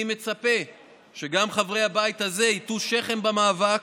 אני מצפה שגם חברי הבית הזה יטו שכם במאבק,